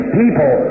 people